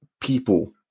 people